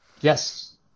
Yes